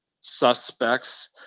suspects